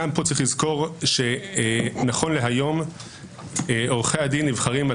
גם פה צריך לזכור שנכון להיום הנציגים בוועדה נבחרים על